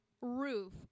roof